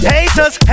Haters